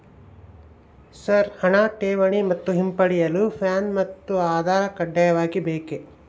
Sir ಹಣ ಠೇವಣಿ ಮತ್ತು ಹಿಂಪಡೆಯಲು ಪ್ಯಾನ್ ಮತ್ತು ಆಧಾರ್ ಕಡ್ಡಾಯವಾಗಿ ಬೇಕೆ?